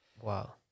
Wow